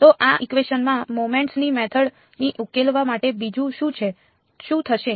તો આ ઇકવેશન માં મોમેન્ટ્સની મેથડ માં ઉકેલવા માટે બીજું શું છે શું થશે